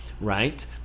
right